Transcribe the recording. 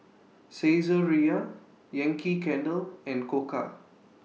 Saizeriya Yankee Candle and Koka